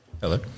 hello